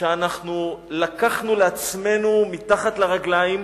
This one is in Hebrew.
שלקחנו לעצמנו מתחת לרגליים,